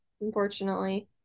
unfortunately